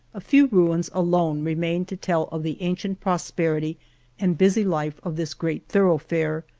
a few ruins alone remain to tell of the ancient prosperity and busy life of this great thoroughfare,